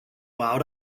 out